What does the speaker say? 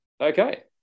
okay